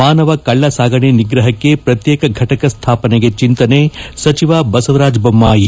ಮಾನವ ಕಳ್ಳ ಸಾಗಣೆ ನಿಗ್ರಹಕ್ಕೆ ಪ್ರತ್ನೇಕ ಘಟಕ ಸ್ನಾಪನೆಗೆ ಚಿಂತನೆ ಸಚಿವ ಬಸವರಾಜ ಬೊಮ್ನಾಯಿ